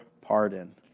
pardon